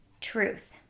truth